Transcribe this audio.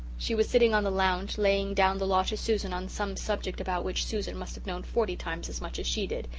she was sitting on the lounge laying down the law to susan on some subject about which susan must have known forty times as much as she did.